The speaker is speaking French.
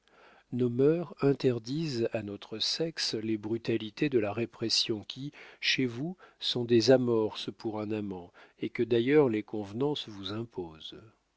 nos mœurs interdisent à notre sexe les brutalités de la répression qui chez vous sont des amorces pour un amant et que d'ailleurs les convenances vous imposent